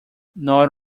not